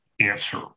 answer